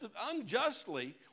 unjustly